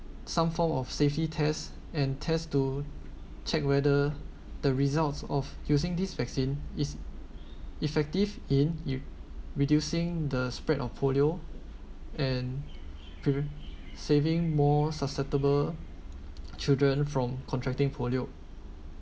some form of safety test and test to check whether the results of using this vaccine is effective in u~ reducing the spread of polio and prev~ saving more sustainable children from contracting polio